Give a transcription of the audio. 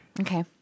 Okay